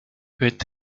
peut